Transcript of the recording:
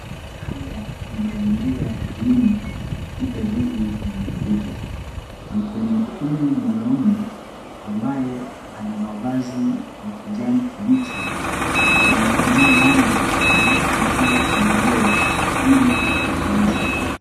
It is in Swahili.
Haya ni mazingira ya kilimo katika zizi la mifugo. Mkulima huyu mwanaume ambaye ana mavazi ya kijani kibichi anamkamua ng'ombe akieka maziwa kwenye ndoo ili yakauzwe.